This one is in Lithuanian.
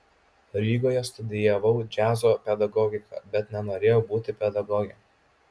rygoje studijavau džiazo pedagogiką bet nenorėjau būti pedagoge